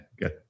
good